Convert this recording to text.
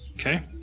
Okay